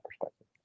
perspective